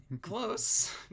Close